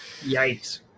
Yikes